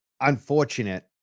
unfortunate